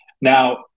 Now